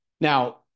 now